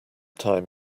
time